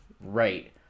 Right